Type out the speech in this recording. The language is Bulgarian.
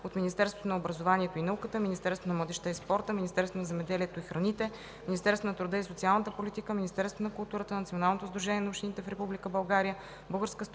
от Министерството на образованието и науката, Министерството на младежта и спорта, Министерството на земеделието и храните, Министерството на труда и социалната политика, Министерството на културата, Националното сдружение на общините в Република България, Българската стопанска